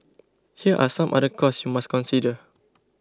here are some other costs you must consider